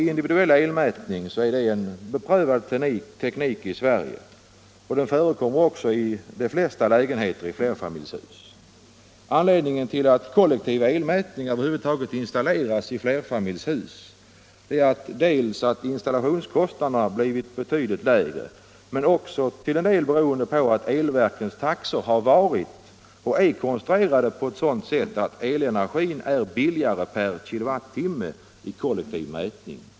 Individuell elmätning är en beprövad teknik i Sverige, och den förekommer också i de flesta lägenheter i flerfamiljshus. Anledningen till att kollektiv elmätning över huvud taget installeras i flerfamiljshus är dels att installationskostnaderna blivit betydligt lägre, dels att elverkets taxor har varit och är konstruerade på så sätt att elenergin blir billigare per kilowattimme vid kollektiv mätning.